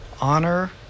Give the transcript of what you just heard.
honor